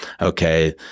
okay